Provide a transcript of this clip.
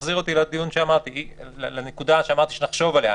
זה מחזיר אותי לנקודה שאמרתי שנחשוב עליה.